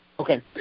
Okay